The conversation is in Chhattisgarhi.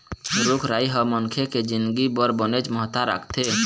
रूख राई ह मनखे के जिनगी बर बनेच महत्ता राखथे